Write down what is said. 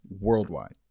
worldwide